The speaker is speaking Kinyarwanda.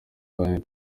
kandi